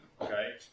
okay